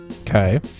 Okay